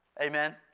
Amen